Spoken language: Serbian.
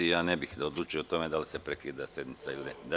Ja ne bih da odlučujem o tome da li se prekida sednica ili ne.